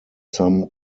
some